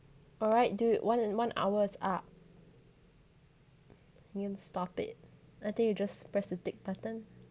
alright dude one an~ one hour is up we can stop it I think you just press the tick button